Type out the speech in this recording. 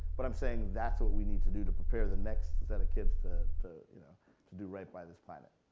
but i'm saying that's what we need to do to prepare the next set of kids to you know to do right by this planet.